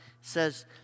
says